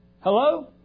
Hello